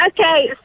Okay